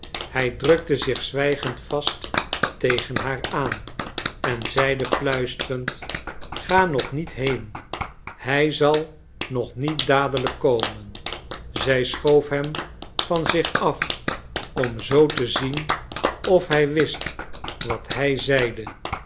hij drukte zich zwijgend vast tegen haar aan en zeide fluisterend ga nog niet heen hij zal nog niet dadelijk komen zij schoof hem van zich af om zoo te zien of hij wist wat hij zeide